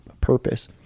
purpose